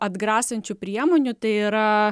atgrasančių priemonių tai yra